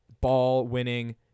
ball-winning